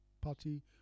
party